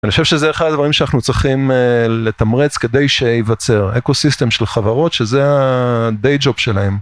אני חושב שזה אחד הדברים שאנחנו צריכים לתמרץ כדי שייווצר אקו סיסטם של חברות שזה הדיי ג'וב שלהם.